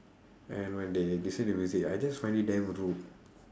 and when they listen to music I just find it damn rude